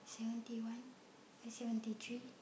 seventy one eh seventy three